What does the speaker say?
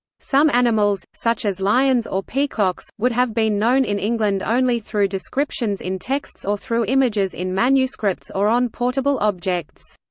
some animals, such as lions or peacocks, would have been known in england only through descriptions in texts or through images in manuscripts or on portable objects.